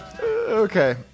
Okay